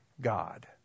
God